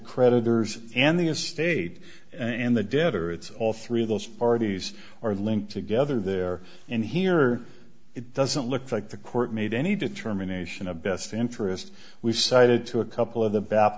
creditors and the estate and the debtor it's all three of those parties are linked together there and here it doesn't look like the court made any determination of best interest we've cited to a couple of the